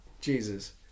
Jesus